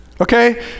okay